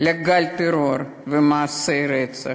לגל טרור ומעשי רצח.